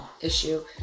issue